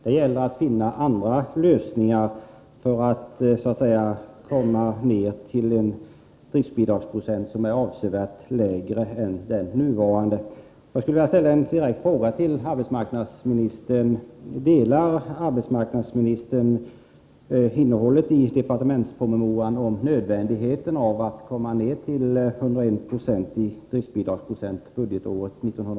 Det gäller att finna andra lösningar för att komma ned till en driftbidragsprocent som är avsevärt lägre än den nuvarande. Jag skulle vilja ställa en direkt fråga till arbetsmarknadsministern: Delar arbetsmarknadsministern den uppfattning som framförs i departementspromemorian om nödvändigheten av att komma ned till 101 90 i driftbidrag budgetåret 1988/89?